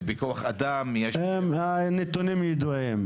בכוח אדם --- הנתונים ידועים.